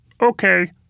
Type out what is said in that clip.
Okay